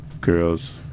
girls